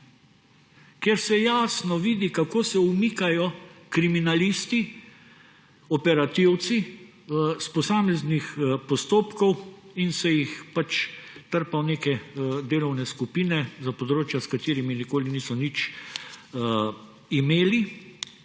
Ker se jasno vidi, kako se umikajo kriminalisti operativci s posameznih postopkov in se jih pač trpa v neke delovne skupine za področja, s katerimi nikoli niso nič imeli.